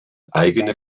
eigene